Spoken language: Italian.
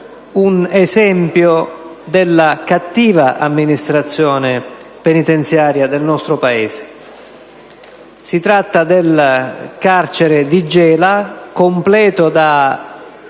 un esempio della cattiva amministrazione penitenziaria del nostro Paese. Si tratta del carcere di Gela, terminato da